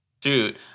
dude